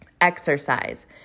Exercise